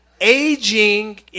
aging